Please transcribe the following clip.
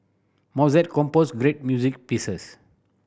Mozart composed great music pieces